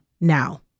now